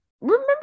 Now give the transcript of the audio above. Remember